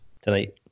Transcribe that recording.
tonight